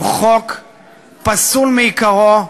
הוא חוק פסול מעיקרו,